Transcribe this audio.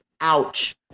Ouch